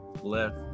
left